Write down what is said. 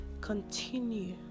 continue